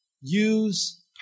use